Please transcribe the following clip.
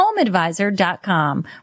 HomeAdvisor.com